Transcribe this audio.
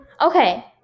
okay